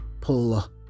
pull